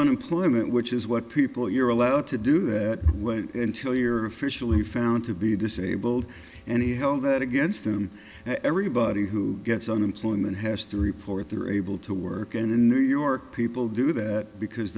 unemployment which is what people you're allowed to do that until you're officially found to be disabled and he held that against him and everybody who gets unemployment has to report they're able to work and in new york people do that because